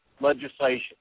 legislation